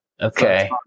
Okay